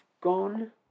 gone